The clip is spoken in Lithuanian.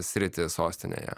sritį sostinėje